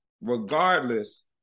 regardless